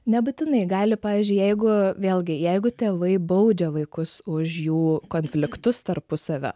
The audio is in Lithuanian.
nebūtinai gali pavyzdžiui jeigu vėlgi jeigu tėvai baudžia vaikus už jų konfliktus tarpusavio